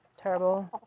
terrible